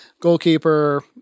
goalkeeper